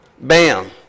Bam